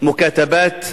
"מוכאתבאת חוסיין-מקמהון",